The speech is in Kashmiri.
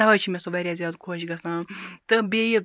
تَوَے چھُ مےٚ سُہ واریاہ زیادٕ خۄش گَژھان تہٕ بیٚیہِ